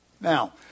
Now